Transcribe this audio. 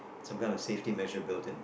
some kind of safety measure build in